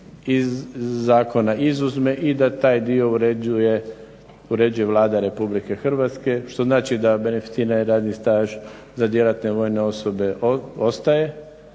iz zakona izuzme i da taj dio uređuje Vlada RH što znači da beneficirani radni staž za djelatne vojne osobe ostaje,